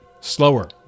slower